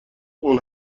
اون